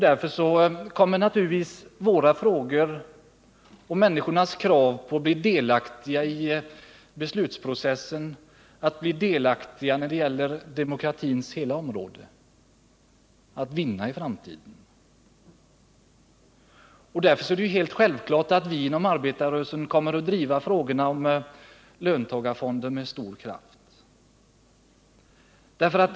Därför kommer naturligtvis våra och människornas krav på att bli delaktiga i beslutsprocessen och i hela den demokratiska processen att vinna i framtiden. Därför kommer vi inom arbetarrörelsen självfallet att driva frågorna om löntagarfonder med stor kraft.